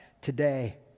today